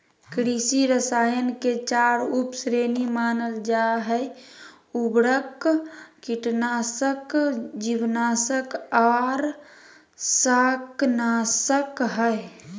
कृषि रसायन के चार उप श्रेणी मानल जा हई, उर्वरक, कीटनाशक, जीवनाशक आर शाकनाशक हई